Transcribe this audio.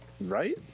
right